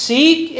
Seek